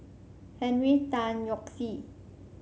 Henry Tan Yoke See